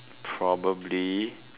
probably